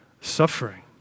suffering